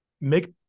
make